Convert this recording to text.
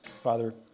Father